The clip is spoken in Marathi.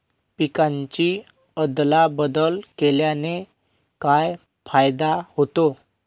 पिकांची अदला बदल केल्याने काय फायदा होतो?